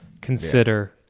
consider